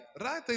Right